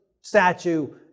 statue